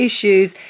issues